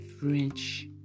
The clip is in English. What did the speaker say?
French